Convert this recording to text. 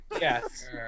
Yes